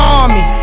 army